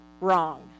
wrong